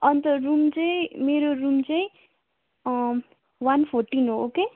अन्त रुम चाहिँ मेरो रुम चाहिँ वान फोर्टिन हो ओके